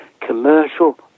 commercial